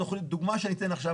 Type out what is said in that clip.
בדוגמה שאני אתן עכשיו,